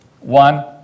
One